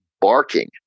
barking